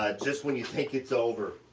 ah just when you think it's over,